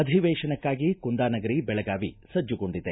ಅಧಿವೇಶನಕ್ಕಾಗಿ ಕುಂದಾನಗರಿ ಬೆಳಗಾವಿ ಸಜ್ಜುಗೊಂಡಿದೆ